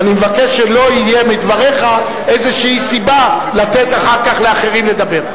ואני מבקש שלא יהיה בדבריך איזו סיבה לתת אחר כך לאחרים לדבר.